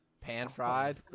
Pan-fried